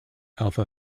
alpha